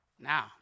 Now